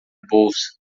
bolsa